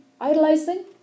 idolizing